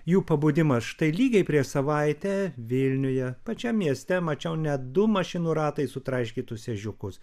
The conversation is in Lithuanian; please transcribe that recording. jų pabudimas štai lygiai prieš savaitę vilniuje pačiam mieste mačiau ne du mašinų ratais sutraiškytus ežiukus